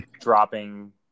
dropping